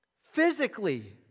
physically